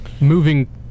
moving